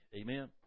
Amen